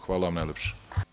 Hvala vam najlepše.